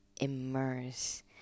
immerse